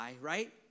right